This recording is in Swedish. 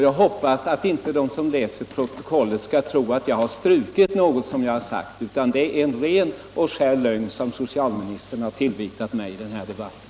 Jag hoppas att inte de som läser protokollet skall tro att jag har strukit någonting som jag har sagt. Det är en ren lögn vad socialministern har tillvitat mig i den här debatten.